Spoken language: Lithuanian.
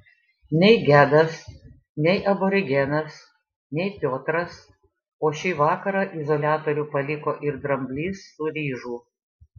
nei gedas nei aborigenas nei piotras o šį vakarą izoliatorių paliko ir dramblys su ryžu